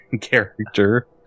character